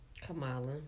Kamala